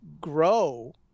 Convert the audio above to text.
grow